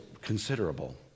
considerable